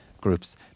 groups